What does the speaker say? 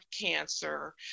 cancer